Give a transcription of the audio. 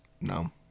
No